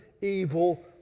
evil